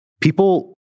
People